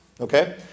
Okay